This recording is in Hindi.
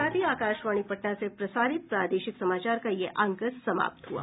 इसके साथ ही आकाशवाणी पटना से प्रसारित प्रादेशिक समाचार का ये अंक समाप्त हुआ